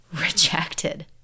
rejected